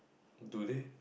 do they